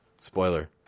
Spoiler